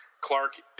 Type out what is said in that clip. Clark